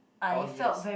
oh yes